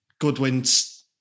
Goodwin's